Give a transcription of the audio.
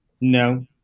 No